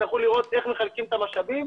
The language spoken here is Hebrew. יצטרכו לראות איך מחלקים את המשאבים.